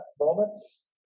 moments